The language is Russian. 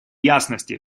ясности